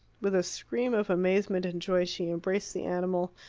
with a scream of amazement and joy she embraced the animal,